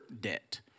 debt